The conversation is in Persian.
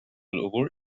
العبور